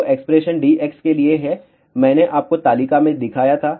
तो expression Dx के लिए है मैंने आपको तालिका में दिखाया था